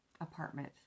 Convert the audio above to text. apartment